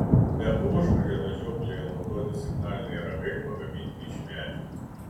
be ožragio medžioklėje naudoti signaliniai ragai pagaminti iš medžio